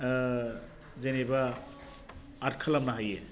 ओ जेनोबा आर्ट खालामनो हायो